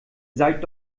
seid